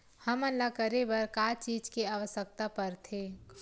हमन ला करे बर का चीज के आवश्कता परथे?